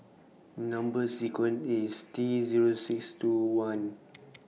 Number sequence IS T Zero six two one